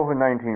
COVID-19